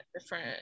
different